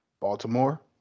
Baltimore